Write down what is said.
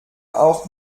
auch